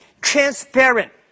transparent